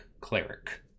Cleric